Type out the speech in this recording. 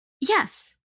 Yes